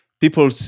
people